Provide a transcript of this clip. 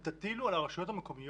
אתם תטילו על הרשויות המקומיות